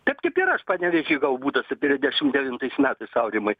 taip kaip ir aš panevėžy gavau butą septyniasdešimt devintais metais aurimai